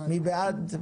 אני בעד.